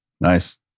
nice